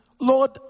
Lord